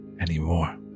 anymore